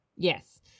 Yes